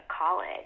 college